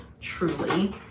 Truly